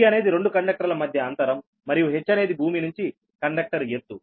d అనేది రెండు conductor ల మధ్య అంతరం మరియు h అనేది భూమి నుంచి కండక్టర్ ఎత్తు